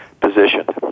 positioned